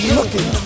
looking